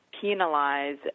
penalize